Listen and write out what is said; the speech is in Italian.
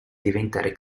diventare